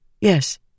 Yes